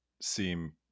seem